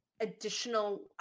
additional